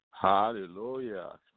Hallelujah